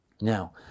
Now